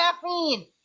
caffeine